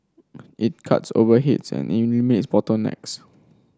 it cuts overheads and bottlenecks